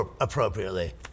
appropriately